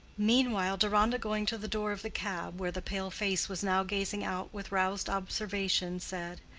meanwhile deronda going to the door of the cab where the pale face was now gazing out with roused observation, said,